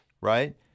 right